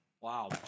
wow